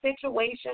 situation